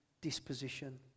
disposition